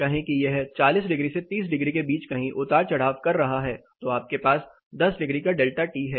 कहें कि यह 40 डिग्री से 30 डिग्री के बीच कहीं उतार चढ़ाव कर रहा है तो आपके पास 10 डिग्री का डेल्टा टी है